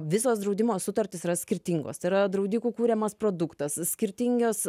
visos draudimo sutartys yra skirtingos tai yra draudikų kuriamas produktas skirtingios